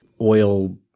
oil